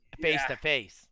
face-to-face